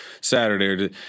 Saturday